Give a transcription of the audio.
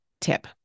tip